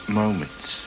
moments